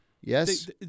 yes